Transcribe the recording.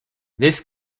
this